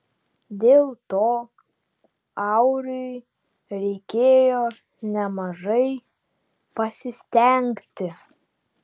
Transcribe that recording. dėl to auriui reikėjo nemažai pasistengti